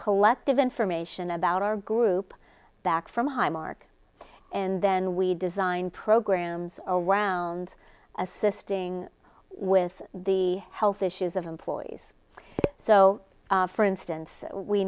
collective information about our group back from high mark and then we design programs around assisting with the health issues of employees so for instance we